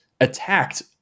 attacked